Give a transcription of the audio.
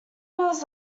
was